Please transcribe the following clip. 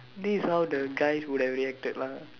this how the guys would have reacted lah